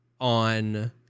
on